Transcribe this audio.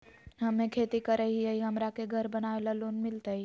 हमे खेती करई हियई, हमरा के घर बनावे ल लोन मिलतई?